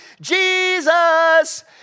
Jesus